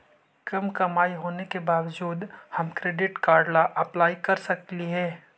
कम कमाई होने के बाबजूद हम क्रेडिट कार्ड ला अप्लाई कर सकली हे?